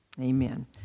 amen